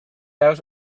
out